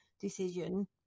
decision